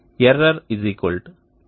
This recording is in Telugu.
error KT kTe